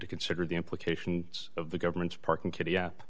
to consider the implications of the government's parking kitty